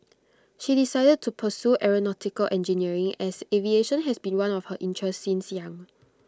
she decided to pursue aeronautical engineering as aviation has been one of her interests since young